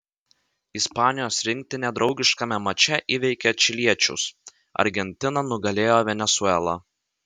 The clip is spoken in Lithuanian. ispanijos rinktinė draugiškame mače įveikė čiliečius argentina nugalėjo venesuelą